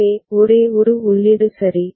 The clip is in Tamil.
எனவே ஒரே ஒரு உள்ளீடு சரி